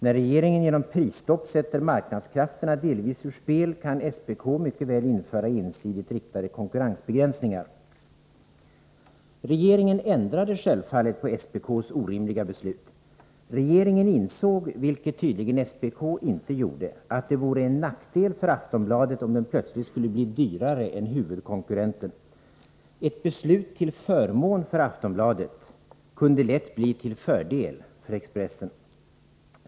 När regeringen genom prisstopp sätter marknadskrafterna delvis ur spel, kan SPK mycket väl införa ensidigt riktade konkurrensbegränsningar. Regeringen ändrade självfallet på SPK:s orimliga beslut. Regeringen insåg —- vilket tydligen SPK inte gjorde — att det vore en nackdel för Aftonbladet om denna tidning plötsligt skulle bli dyrare än huvudkonkurrenten. Ett beslut till förmån för Aftonbladet kunde lätt bli till fördel för Expressen.